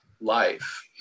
life